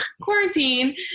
quarantine